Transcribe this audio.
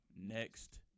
next